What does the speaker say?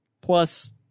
Plus